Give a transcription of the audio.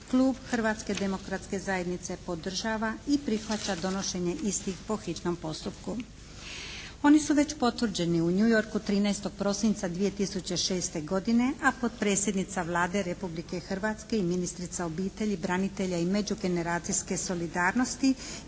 Hrvatske demokratske zajednice podržava i prihvaća donošenje istih po hitnom postupku. Oni su već potvrđeni u New Yorku 13. prosinca 2006. godine, a potpredsjednica Vlade Republike Hrvatske i ministrica obitelji i branitelja i međugeneracijske solidarnosti